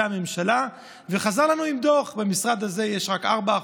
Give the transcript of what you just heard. הממשלה וחזר לנו עם דוח: במשרד הזה יש רק 4%,